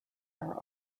are